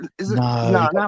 No